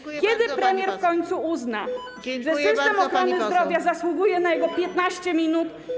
Kiedy premier w końcu uzna, że system ochrony zdrowia zasługuje na jego 15 minut?